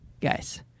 guys